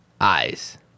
eyes